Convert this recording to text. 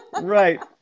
right